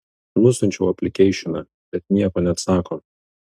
nusiunčiau aplikeišiną bet nieko neatsako